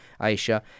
Aisha